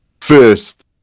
first